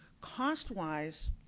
Cost-wise